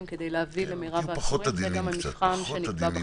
כדי להביא למרב --- וגם המבחן שנקבע בחוק.